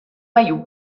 mayo